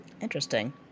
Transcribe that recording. interesting